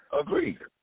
Agreed